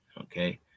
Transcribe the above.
Okay